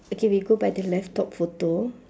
okay we go by the left top photo